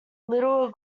little